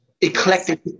eclectic